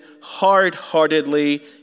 hard-heartedly